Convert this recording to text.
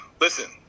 Listen